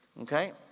Okay